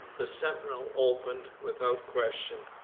the sentinel opened without question.